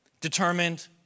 determined